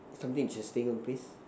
something interesting please